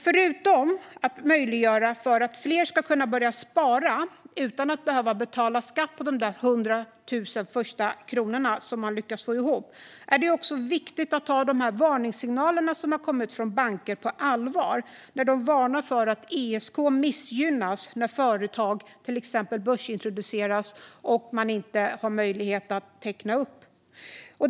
Förutom att möjliggöra för fler att börja spara utan att behöva betala skatt på de första 100 000 kronor som de lyckas få ihop är det också viktigt att ta de varningssignaler som kommit från banker på allvar; de varnar för att ISK missgynnas när företag till exempel börsintroduceras och man inte har möjlighet att teckna upp.